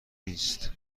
نیست